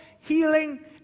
healing